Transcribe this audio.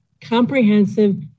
comprehensive